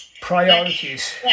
priorities